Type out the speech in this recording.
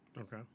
Okay